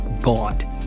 God